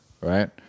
right